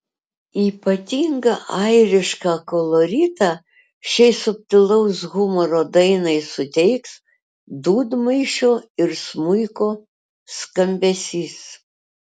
ypatingą airišką koloritą šiai subtilaus humoro dainai suteiks dūdmaišio ir smuiko skambesys